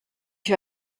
you